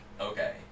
Okay